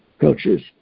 coaches